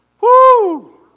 Woo